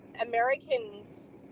americans